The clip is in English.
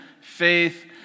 faith